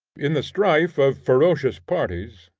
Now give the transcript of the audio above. in the strife of ferocious parties,